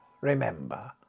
remember